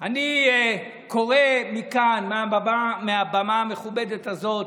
אני קורא מכאן, מהבמה המכובדת הזאת,